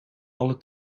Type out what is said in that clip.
alle